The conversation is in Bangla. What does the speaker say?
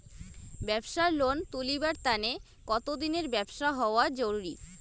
ব্যাবসার লোন তুলিবার তানে কতদিনের ব্যবসা হওয়া জরুরি?